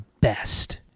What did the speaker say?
best